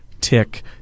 tick